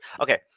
Okay